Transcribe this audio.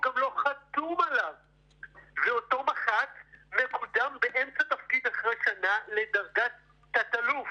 הוא גם לא חתום עליו ואותו מח"ט מקודם באמצע תחקיר לדרגת תת-אלוף